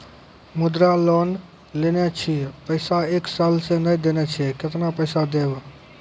मुद्रा लोन लेने छी पैसा एक साल से ने देने छी केतना पैसा देब?